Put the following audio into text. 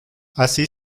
así